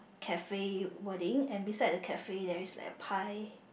cafe wedding and beside the cafe there is like a pie